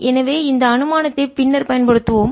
எனவே இந்த அனுமானத்தை பின்னர் பயன்படுத்துவோம்